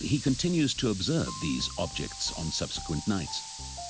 he continues to observe these objects on subsequent nights